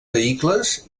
vehicles